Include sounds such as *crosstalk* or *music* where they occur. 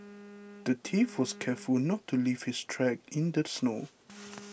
*noise* the thief was careful to not leave his tracks in the snow